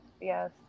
yes